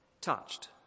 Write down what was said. touched